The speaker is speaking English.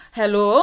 hello